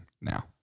now